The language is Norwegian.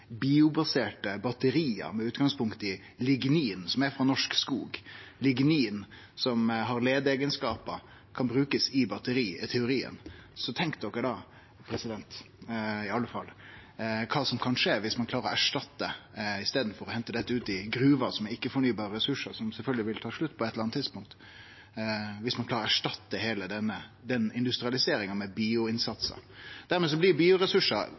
biobaserte batteri med utgangspunkt i lignin frå norsk skog. Lignin har leieeigenskapar og kan i teorien brukast i batteri. Tenk kva som kan skje om ein i staden for å hente dette ut av gruver – som ikkje er fornybare ressursar, og som sjølvsagt vil ta slutt på eit eller anna tidspunkt – klarer å erstatte heile den industrialiseringa med innsats på bioressursar. Dermed blir bioressursar